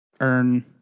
Earn